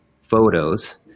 photos